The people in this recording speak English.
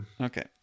Okay